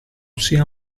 sia